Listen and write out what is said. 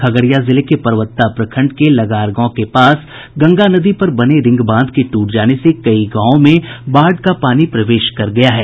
खगड़िया जिले के परबत्ता प्रखंड के लगार गांव के पास गंगा नदी पर बने रिंगबांध के टूट जाने से कई गांवों में बाढ़ का पानी प्रवेश कर गया है